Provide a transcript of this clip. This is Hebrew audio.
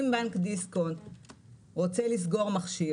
התפקיד שלנו, מעבר לראות, מעבר לקבל